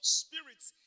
spirits